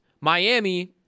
Miami